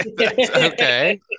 okay